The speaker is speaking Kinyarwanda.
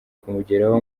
kumugeraho